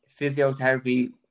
physiotherapy